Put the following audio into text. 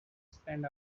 spend